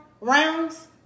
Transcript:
rounds